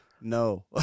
no